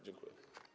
Dziękuję.